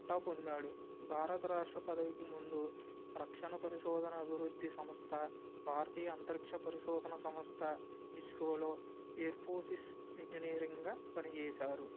పట్టా పొందాడు భారత రాష్ట్ర పదవికి ముందు రక్షణ పరిశోధన అభివృద్ధి సంస్థ భారతీయ అంతరిక్ష పరిశోధన సంస్థ ఇస్రోలో ఎయిర్ ఫోర్సెస్ ఇంజనీరింగ్గా పని చేశారు